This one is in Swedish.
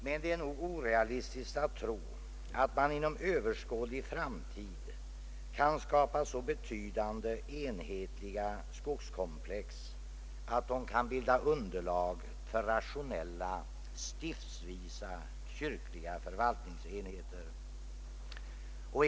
Men det är nog orealistiskt att tro att man inom överskådlig framtid kan skapa så betydande enhetliga skogskomplex att de kan bilda underlag för rationella kyrkliga förvaltningsenheter stiftsvis.